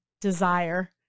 desire